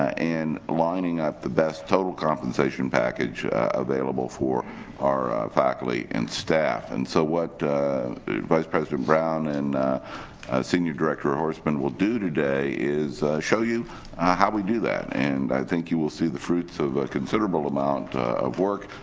and lining up the best total compensation package available for our faculty and staff, and so what vice president brown and senior director horseman will do today is show you how we do that, and i think you will see the fruits of a considerable amount of work,